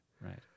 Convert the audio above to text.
right